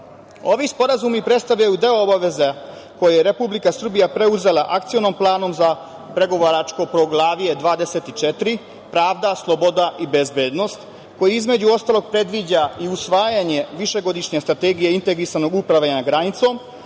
sporazumi predstavljaju deo obaveza koje je Republika Srbija preuzela akcionim planom za pregovaračko Poglavlje 24. pravda, sloboda i bezbednost, koji, između ostalog, predviđa i usvajanje višegodišnje strategije integrisanog upravljanja granicom,